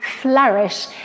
flourish